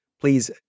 please